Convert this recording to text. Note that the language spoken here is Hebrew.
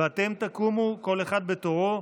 ואתם תקומו, כל אחד בתורו,